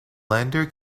lander